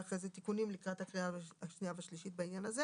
אחרי כן תיקונים לקראת הקריאה השנייה והשלישית בעניין הזה: